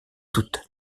toute